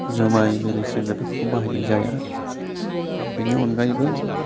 जुमाय बिरि सेरेपफोरखौ बाहायनाय जाया बेनि अनगायैबो